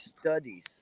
studies